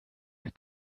wir